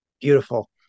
Beautiful